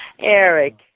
Eric